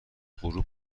غروب